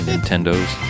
Nintendos